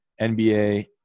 NBA